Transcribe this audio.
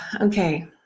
Okay